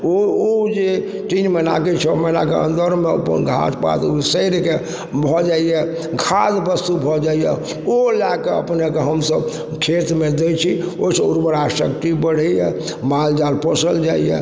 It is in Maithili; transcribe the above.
ओ ओ जे तीन महिनाके छओ महिनाके अन्दरमे अपन घास पात सड़िके भऽ जाइए खाद वस्तु भऽ जाइए ओ लएके अपनेके हमसब खेतमे दै छी ओइसँ उर्वरा शक्ति बढ़इए माल जाल पोसल जाइए